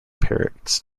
parrots